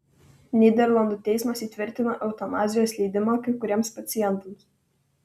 nyderlandų teismas įtvirtino eutanazijos leidimą kai kuriems pacientams